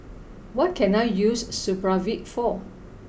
what can I use Supravit for